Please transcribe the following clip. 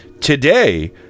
Today